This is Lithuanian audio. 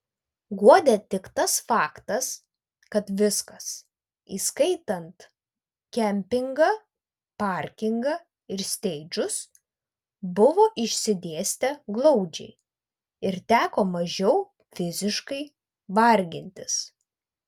guodė tik tas faktas kad viskas įskaitant kempingą parkingą ir steidžus buvo išsidėstę glaudžiai ir teko mažiau fiziškai vargintis